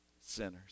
sinners